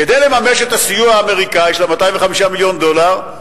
כדי לממש את הסיוע האמריקני של 205 מיליון דולר,